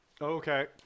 Okay